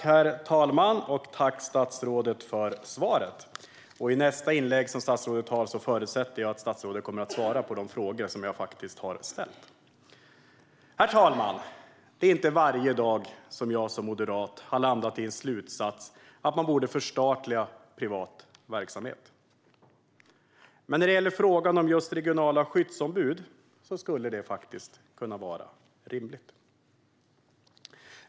Herr talman! Tack, statsrådet, för svaret! Jag förutsätter att statsrådet i sitt nästa inlägg kommer att svara på de frågor som jag har ställt. Herr talman! Det är inte varje dag som jag som moderat landar i slutsatsen att man borde förstatliga privat verksamhet. Men när det gäller frågan om regionala skyddsombud skulle det faktiskt kunna vara rimligt.